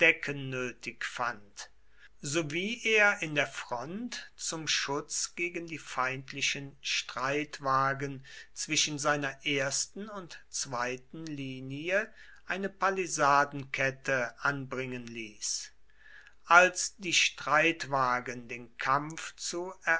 fand sowie er in der front zum schutz gegen die feindlichen streitwagen zwischen seiner ersten und zweiten linie eine palisadenkette anbringen ließ als die streitwagen den kampf zu